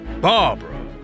Barbara